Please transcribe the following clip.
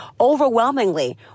overwhelmingly